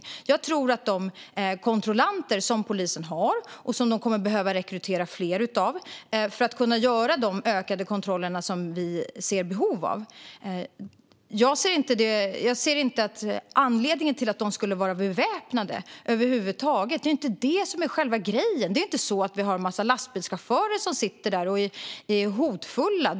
Jag ser ingen anledning till att de kontrollanter som polisen har och som de kommer att behöva rekrytera fler av för att kunna göra de ökade kontroller som vi ser behov av över huvud taget ska behöva vara beväpnade. Det är inte det som är själva grejen. Det är inte så att vi har en massa lastbilschaufförer som sitter och är hotfulla.